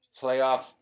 playoff